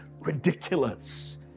ridiculous